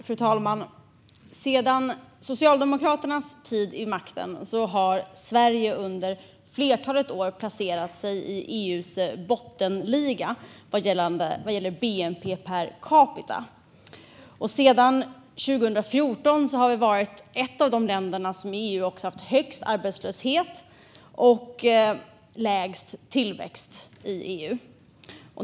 Fru talman! Sedan Socialdemokraternas tid vid makten har Sverige under flera år placerat sig i EU:s bottenliga vad gäller bnp per capita. Sedan 2014 har vi också varit ett av de länder i EU som haft högst arbetslöshet och lägst tillväxt.